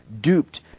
duped